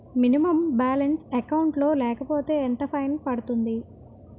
Minimum balance account లో లేకపోతే ఎంత ఫైన్ పడుతుంది?